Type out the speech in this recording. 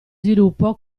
sviluppo